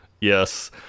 Yes